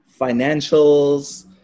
financials